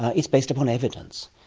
ah it's based upon evidence,